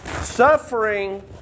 suffering